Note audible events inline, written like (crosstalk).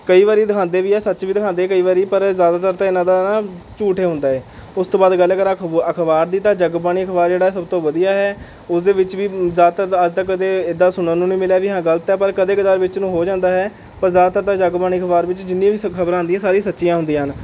ਕਈ ਵਾਰੀ ਦਿਖਾਉਂਦੇ ਵੀ ਹੈ ਸੱਚ ਵੀ ਦਿਖਾਉਂਦੇ ਕਈ ਵਾਰੀ ਪਰ ਜ਼ਿਆਦਾਤਰ ਤਾਂ ਨਾ ਇਹਨਾਂ ਦਾ ਨਾ ਝੂਠ ਹੀ ਹੁੰਦਾ ਹੈ ਉਸ ਤੋਂ ਬਾਅਦ ਗੱਲ ਕਰਾਂ (unintelligible) ਅਖ਼ਬਾਰ ਦੀ ਤਾਂ ਜੱਗ ਬਾਣੀ ਅਖ਼ਬਾਰ ਜਿਹੜਾ ਹੈ ਸਭ ਤੋਂ ਵਧੀਆ ਹੈ ਉਸਦੇ ਵਿੱਚ ਵੀ ਜ਼ਿਆਦਾਤਰ ਅੱਜ ਤੱਕ ਕਦੇ ਇੱਦਾਂ ਸੁਣਨ ਨੂੰ ਨਹੀਂ ਮਿਲਿਆ ਵੀ ਹਾਂ ਗਲਤ ਹੈ ਪਰ ਕਦੇ ਕਦਾਰ ਵਿੱਚ ਨੂੰ ਹੋ ਜਾਂਦਾ ਹੈ ਪਰ ਜ਼ਿਆਦਾਤਰ ਤਾਂ ਜੱਗ ਬਾਣੀ ਅਖ਼ਬਾਰ ਵਿੱਚ ਜਿੰਨੀਆਂ ਵੀ (unintelligible) ਖਬਰਾਂ ਆਉਦੀਆਂ ਸਾਰੀਆਂ ਸੱਚੀਆਂ ਹੁੰਦੀਆਂ ਹਨ